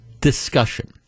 discussion